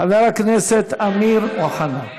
חבר הכנסת אמיר אוחנה,